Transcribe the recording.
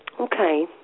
Okay